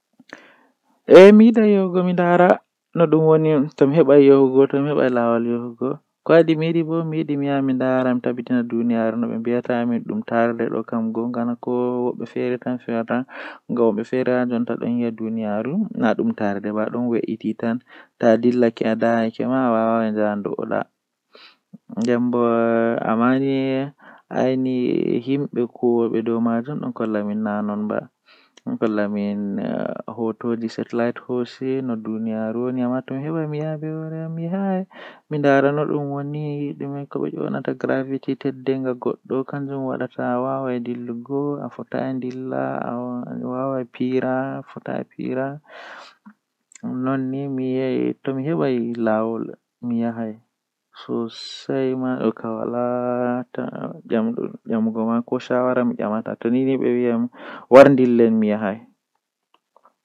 Eh wawan dasa hundeeji woodaaka haa rayuwa himbe ngam kala ko a andi haa duniyaaru fuu dum don mari laabiji maajum boddum nden don mari laabiiji woodaaka toh bannin do manma don mari boddum don mari woodaaka.